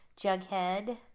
Jughead